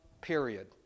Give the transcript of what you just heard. period